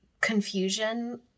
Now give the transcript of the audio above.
confusion